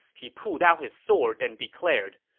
he pulled out his sword and declared,